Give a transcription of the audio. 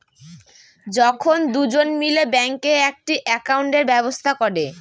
যখন দুজন মিলে ব্যাঙ্কে একটি একাউন্টের ব্যবস্থা করে